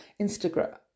Instagram